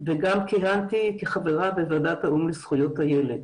וגם כיהנתי כחברה בוועדת האו"ם לזכויות הילד.